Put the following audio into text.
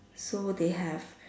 so they have